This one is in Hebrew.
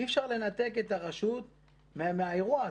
אי אפשר לנתק את הרשות מהאירוע הזה.